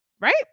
right